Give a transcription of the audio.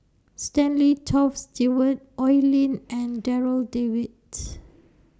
Stanley Toft Stewart Oi Lin and Darryl David's